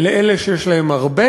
לאלה שיש להם הרבה